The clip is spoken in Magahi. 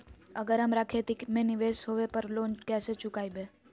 अगर हमरा खेती में निवेस होवे पर लोन कैसे चुकाइबे?